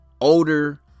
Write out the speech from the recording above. Older